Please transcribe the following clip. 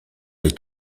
est